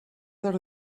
are